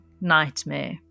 nightmare